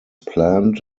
planned